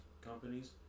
companies